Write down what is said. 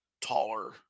taller